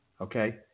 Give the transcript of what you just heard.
Okay